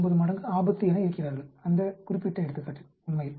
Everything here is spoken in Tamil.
69 மடங்கு ஆபத்து என இருக்கிறார்கள் அந்த குறிப்பிட்ட எடுத்துக்காட்டில் உண்மையில்